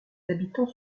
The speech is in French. habitants